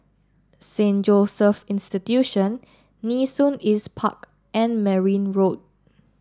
Saint Joseph Institution Nee Soon East Park and Merryn Road